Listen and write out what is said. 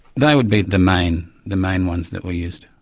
they would be the main the main ones that we used.